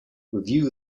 review